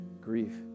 grief